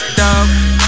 dope